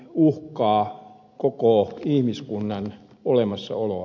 alkoholihan uhkaa koko ihmiskunnan olemassaoloa